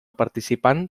participant